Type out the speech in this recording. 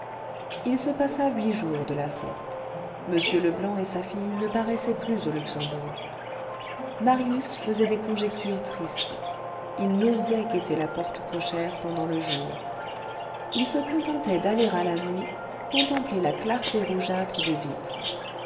il se passa huit jours de la sorte m leblanc et sa fille ne paraissaient plus au luxembourg marius faisait des conjectures tristes il n'osait guetter la porte cochère pendant le jour il se contentait d'aller à la nuit contempler la clarté rougeâtre des vitres